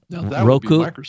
Roku